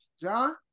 John